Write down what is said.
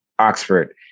Oxford